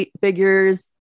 figures